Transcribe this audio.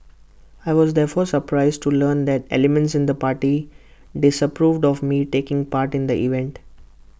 I was therefore surprised to learn that elements in the party disapproved of me taking part in the event